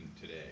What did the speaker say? today